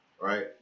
right